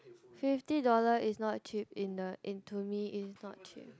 fifty dollar is not cheap in the in to me is not cheap